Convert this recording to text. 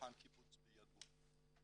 באולפן קיבוץ ביגור.